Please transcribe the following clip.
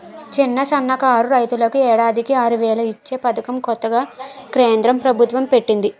చిన్న, సన్నకారు రైతులకు ఏడాదికి ఆరువేలు ఇచ్చే పదకం కొత్తగా కేంద్ర ప్రబుత్వం పెట్టింది